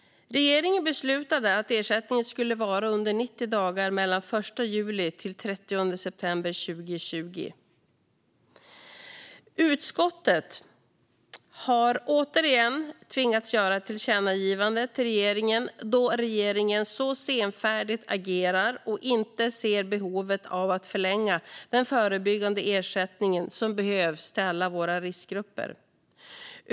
Regeringen beslutade att ersättningen skulle vara under 90 dagar mellan den 1 juli och den 30 september 2020. Utskottet tvingas åter göra ett tillkännagivande till regeringen då regeringen agerar så senfärdigt och inte ser behovet av att förlänga den förbyggande ersättningen som behövs till alla dem i riskgrupp.